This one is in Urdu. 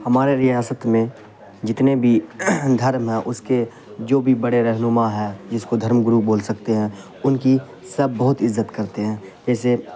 ہمارے ریاست میں جتنے بھی دھرم ہیں اس کے جو بھی بڑے رہنما ہیں جس کو دھرم گرو بول سکتے ہیں ان کی سب بہت عزت کرتے ہیں جیسے